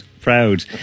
proud